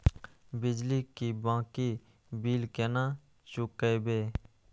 बिजली की बाकी बील केना चूकेबे?